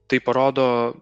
tai parodo